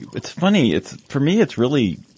it's funny, it's for me, it's really.